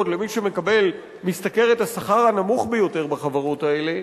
למי שמשתכר את השכר הנמוך ביותר בחברות האלה,